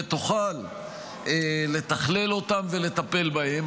ותוכל לתכלל אותם ולטפל בהם.